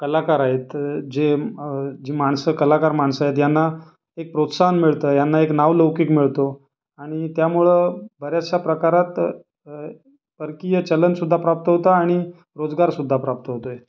कलाकार आहेत जे जी माणसं कलाकार माणसं आहेत ज्यांना एक प्रोत्साहन मिळतं ह्यांना एक नावलौकिक मिळतो आणि त्यामुळं बऱ्याचशा प्रकारात परकीय चलनसुद्धा प्राप्त होतं आणि रोजगारसुद्धा प्राप्त होत आहे